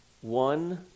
one